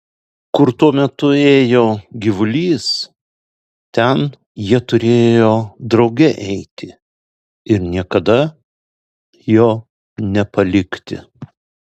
kur tuo metu ėjo gyvulys ten jie turėjo drauge eiti ir niekada jo nepalikti